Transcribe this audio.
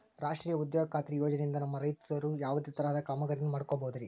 ರಾಷ್ಟ್ರೇಯ ಉದ್ಯೋಗ ಖಾತ್ರಿ ಯೋಜನೆಯಿಂದ ನಮ್ಮ ರೈತರು ಯಾವುದೇ ತರಹದ ಕಾಮಗಾರಿಯನ್ನು ಮಾಡ್ಕೋಬಹುದ್ರಿ?